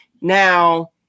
Now